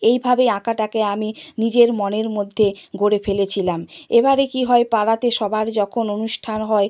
এইভাবে আঁকাটাকে আমি নিজের মনের মধ্যে গড়ে ফেলেছিলাম এবারে কী হয় পাড়াতে সবার যখন অনুষ্ঠান হয়